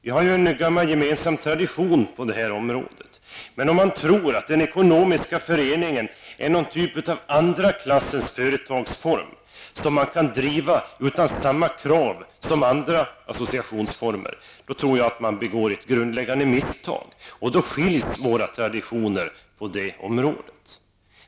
Vi har en gammal gemensam tradition på detta område. Men om man tror att den ekonomiska föreningen är någon typ av andra klassens företagsform, som kan drivas utan samma krav som andra associationsformer, begår man ett grundläggande misstag. Då skiljs våra traditioner på det området.